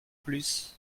plus